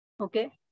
Okay